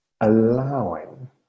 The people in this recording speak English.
allowing